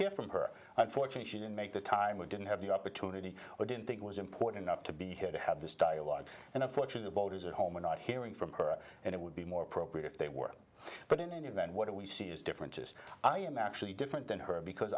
hear from her unfortunate she didn't make the time we didn't have the opportunity or didn't think it was important enough to be here to have this dialogue and for sure the voters at home are not hearing from her and it would be more appropriate if they were but in any event what do we see is differences i am actually different than her because